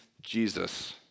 Jesus